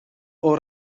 оор